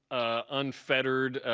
unfeathered.